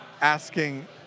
asking